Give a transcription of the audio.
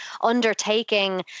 undertaking